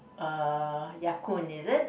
err Ya-Kun is it